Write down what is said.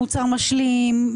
מוצר משלים,